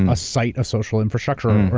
a site of social infrastructure,